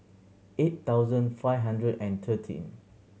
eight thousand five hundred and thirteen